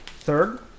third